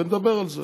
ונדבר על זה.